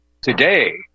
Today